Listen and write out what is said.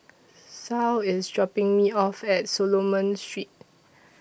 Saul IS dropping Me off At Solomon Street